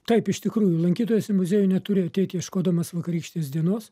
taip iš tikrųjų lankytojas į muziejų neturi ateit ieškodamas vakarykštės dienos